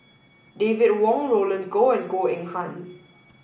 David Wong Roland Goh and Goh Eng Han